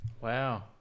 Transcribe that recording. Wow